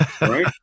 right